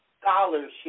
scholarship